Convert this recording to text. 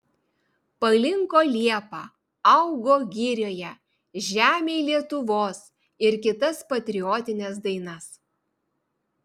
palinko liepa augo girioje žemėj lietuvos ir kitas patriotines dainas